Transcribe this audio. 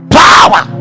power